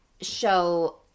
show